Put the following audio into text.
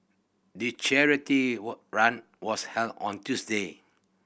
the charity were run was held on Tuesday